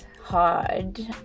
hard